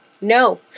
No